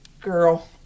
girl